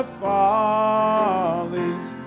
follies